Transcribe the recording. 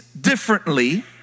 differently